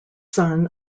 son